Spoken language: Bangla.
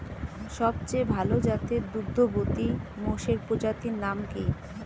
সবচেয়ে ভাল জাতের দুগ্ধবতী মোষের প্রজাতির নাম কি?